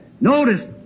Notice